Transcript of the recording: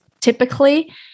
typically